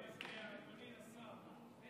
הצעת החוק, השר חמד עמאר, אני